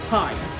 time